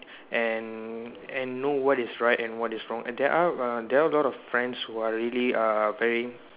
and and know what is right and what is wrong and there are uh there are a lot of friends who are really uh very